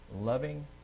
loving